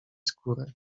skórę